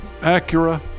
Acura